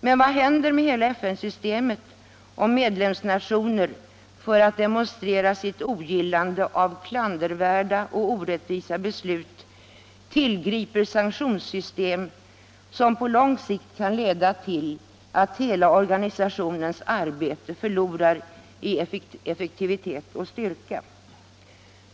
Men vad händer med hela FN-systemet om medlemsnationer, för att demonstrera sitt ogillande av klandervärda och orättvisa beslut, tillgriper sanktionssystem som på lång sikt kan leda till att hela organisationens arbete förlorar i effektivitet och styrka?